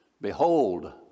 Behold